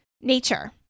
nature